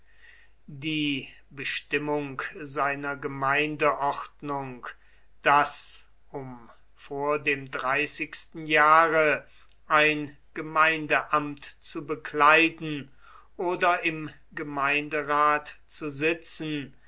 die bestimmung seiner gemeindeordnung daß um vor dem dreißigsten jahre ein gemeindeamt zu bekleiden oder im gemeinderat zu sitzen